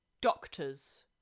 doctors